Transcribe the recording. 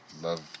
love